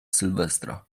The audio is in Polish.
sylwestra